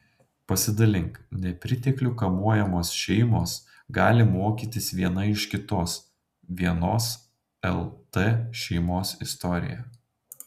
pasidalink nepriteklių kamuojamos šeimos gali mokytis viena iš kitos vienos lt šeimos istorija